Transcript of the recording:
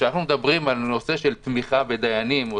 כשאנחנו מדברים על נושא של תמיכה בדיינים או